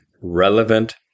relevant